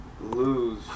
lose